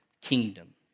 kingdom